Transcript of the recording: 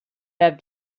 have